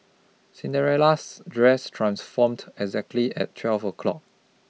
Cinderella's dress transformed exactly at twelve o' clock